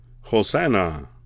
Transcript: hosanna